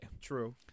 True